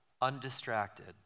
undistracted